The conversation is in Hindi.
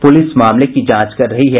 पुलिस मामले की जांच कर रही है